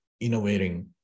innovating